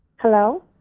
hello?